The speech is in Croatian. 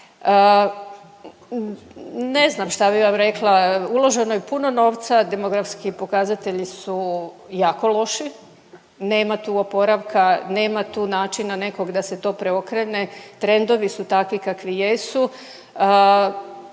ne znam šta bi vam rekla. Uloženo je puno novca, demografski pokazatelji su jako loši. Nema tu oporavka, nema tu načina nekog da se to preokrene, trendovi su takvi kakvi jesu.